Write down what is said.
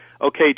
okay